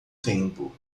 tempo